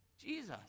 Jesus